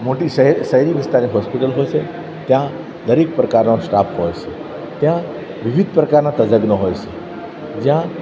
મોટી શહેરી શહેરી વિસ્તારની હોસ્પિટલ હોય છે ત્યાં દરેક પ્રકારનો સ્ટાફ હોય છે ત્યાં વિવિધ પ્રકારના તજજ્ઞો હોય છે જ્યાં